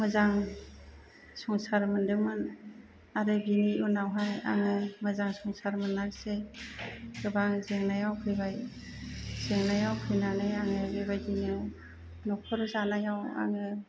मोजां संसार मोन्दोंमोन आरो बेनि उनावहाय आङो मोजां संसार मोनासै गोबां जेंनायाव फैबाय जेंनायाव फैनानै आङो बेबायदिनो नखर जानायाव आङो